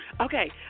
Okay